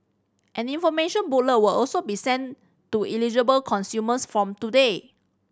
an information booklet will also be sent to eligible consumers from today